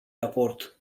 raport